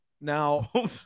now